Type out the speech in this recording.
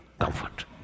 comfort